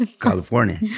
California